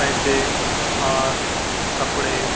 پیسے ہار کپڑے